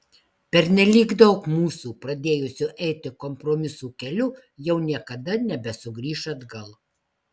pernelyg daug mūsų pradėjusių eiti kompromisų keliu jau niekada nebesugrįš atgal